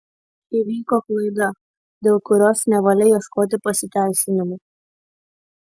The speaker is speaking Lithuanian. įvyko klaida dėl kurios nevalia ieškoti pasiteisinimų